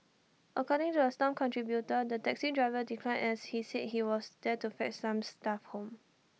according to A stomp contributor the taxi driver declined as he said he was there to fetch some staff home